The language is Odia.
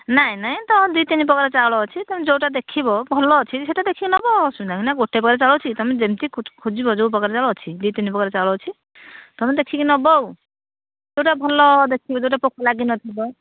ନାଇ ନାଇ ଦୁଇ ତିନି ପ୍ରକାର ଚାଉଳ ଅଛି ତମେ ଯୋଉଟା ଦେଖିବ ଭଲ ଅଛି ସେଇଟା ଦେଖିକି ନେବ ଅସୁବିଧା ନା ଗୋଟେ ପ୍ରକାର ଚାଉଳ ଅଛି ତମେ ଯେମିତି ଖୋଜିବ ଯୋଉ ପ୍ରକାର ଚାଉଳ ଅଛି ଦୁଇ ତିନି ପ୍ରକାର ଚାଉଳ ଅଛି ତମେ ଦେଖିକି ନବ ଆଉ ଯୋଉଟା ଭଲ ଦେଖିବ ଯୋଉଥିରେ ପୋକ ଲାଗିନଥିବ